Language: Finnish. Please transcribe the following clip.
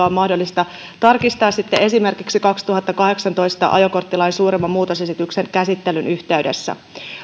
on mahdollista tarkistaa esimerkiksi vuonna kaksituhattakahdeksantoista ajokorttilain suuremman muutosesityksen käsittelyn yhteydessä